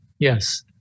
Yes